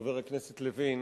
חבר הכנסת לוין,